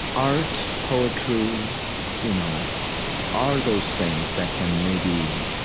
art, poetry you know are those things that can maybe